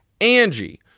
Angie